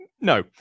No